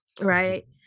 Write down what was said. right